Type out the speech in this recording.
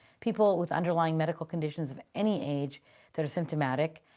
people with underlying medical conditions of any age that are symptomatic.